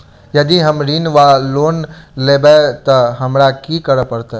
यदि हम ऋण वा लोन लेबै तऽ हमरा की करऽ पड़त?